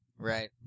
Right